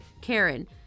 Karen